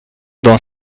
dans